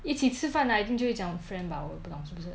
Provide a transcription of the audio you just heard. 一起吃饭 I think 就会讲我 friend bah 我也不懂是不是